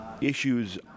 issues